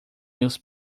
meus